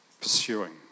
pursuing